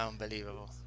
Unbelievable